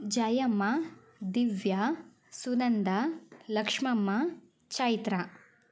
Jayamma Divya Sunanda Lakshmamma Chaitra